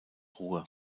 ruhr